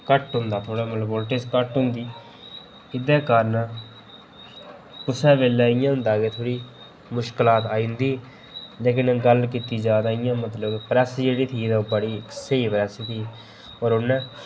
घट्ट होंदा मतलब कि वोल्टेज घट्ट होंदी एह्दे कारण कुसै बेल्लै इं'या होंदा कि थोह्ड़ी मुश्कलात आई जंदी ते इं'या गल्ल कीती जा ते प्रेस थी जेह्ड़ी स्हेई प्रेस होंदी ही ते उन्ने